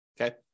Okay